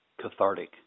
cathartic